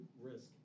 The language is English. risk